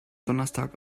donnerstag